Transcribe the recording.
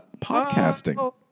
podcasting